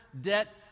debt